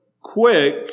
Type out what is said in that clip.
quick